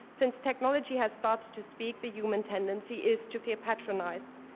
since technology has started to speak, the human tendency is to feel patronized.